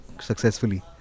successfully